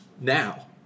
now